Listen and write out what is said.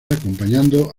acompañando